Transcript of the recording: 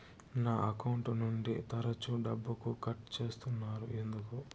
నా అకౌంట్ నుండి తరచు డబ్బుకు కట్ సేస్తున్నారు ఎందుకు